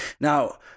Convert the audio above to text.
Now